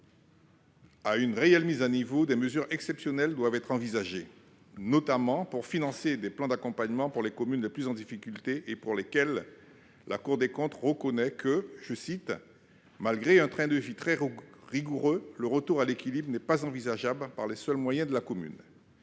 à une réelle mise à niveau, des mesures exceptionnelles doivent être envisagées, notamment pour financer des plans d'accompagnement pour les communes les plus en difficulté et pour lesquelles la Cour des comptes reconnaît que, « malgré un train de vie très rigoureux, le retour à l'équilibre n'est pas envisageable par les seuls moyens de la commune.